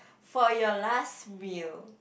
for your last meal